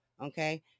okay